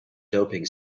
doping